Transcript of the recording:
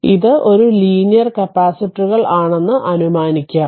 അതിനാൽ ഇത് ഒരു ലീനിയർകപ്പാസിറ്ററുകൾ ആണെന്ന് അനുമാനിക്കും